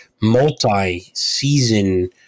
multi-season